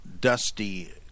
Dusty